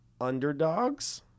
underdogs